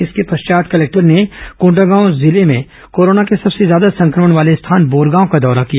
इसके पश्चात कलेक्टर ने कोंडगांव जिले में कोरोना के सबसे ज्यादा संक्रमण वाले स्थान बोरगांव का दौरा किया